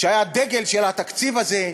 שהיה הדגל של התקציב הזה.